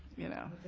you know.